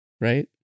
right